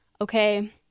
okay